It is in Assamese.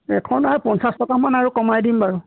এখন আৰু পঞ্চাছ টকামান আৰু কমাই দিম বাৰু